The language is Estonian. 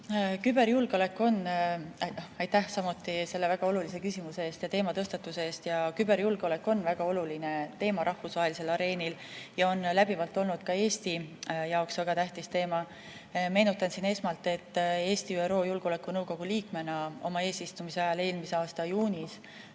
paneme silma kinni? Aitäh samuti selle väga olulise küsimuse eest ja teema tõstatuse eest! Küberjulgeolek on väga oluline teema rahvusvahelisel areenil ja on läbivalt olnud ka Eesti jaoks väga tähtis teema. Meenutan siin esmalt, et Eesti ÜRO Julgeolekunõukogu liikmena oma eesistumise ajal eelmise aasta juunis